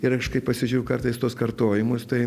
ir aš kai pasižiūriu kartais tuos kartojimus tai